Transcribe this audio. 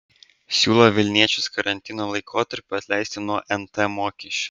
siūlo vilniečius karantino laikotarpiu atleisti nuo nt mokesčio